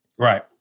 right